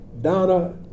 Donna